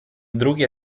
drugie